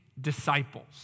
disciples